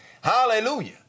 Hallelujah